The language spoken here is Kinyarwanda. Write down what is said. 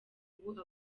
ubu